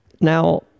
Now